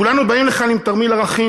כולנו באים לכאן עם תרמיל ערכים,